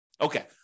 Okay